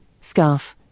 scarf